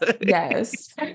Yes